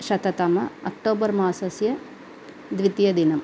शततम October मासस्य द्वितीयदिनम्